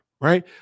right